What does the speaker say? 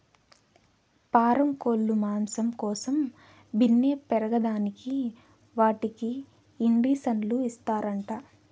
పారం కోల్లు మాంసం కోసం బిన్నే పెరగేదానికి వాటికి ఇండీసన్లు ఇస్తారంట